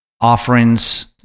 offerings